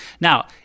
Now